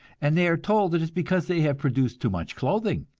and they are told it is because they have produced too much clothing.